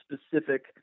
specific